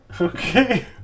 Okay